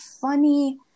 funny